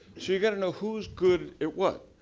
so you got to know who's good at what.